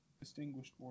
distinguished